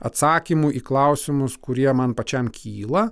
atsakymų į klausimus kurie man pačiam kyla